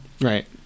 Right